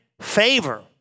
Favor